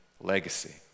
legacy